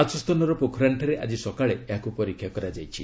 ରାଜସ୍ଥାନର ପୋଖରାନଠାରେ ଆଜି ସକାଳେ ଏହାକୁ ପରୀକ୍ଷା କରାଯାଇଛି